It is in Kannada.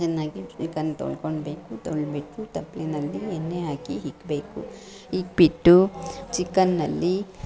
ಚೆನ್ನಾಗಿ ಚಿಕನ್ ತೊಳ್ಕೊಬೇಕು ತೊಳೆದು ಬಿಟ್ಟು ತಪ್ಪಲೆನಲ್ಲಿ ಎಣ್ಣೆ ಹಾಕಿ ಇಕ್ಬೇಕು ಇಕ್ಕ್ಬಿಟ್ಟು ಚಿಕನ್ನಲ್ಲಿ